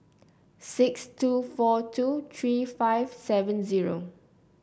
six two four two three five seven zero